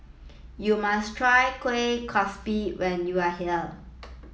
you must try Kuih Kasturi when you are here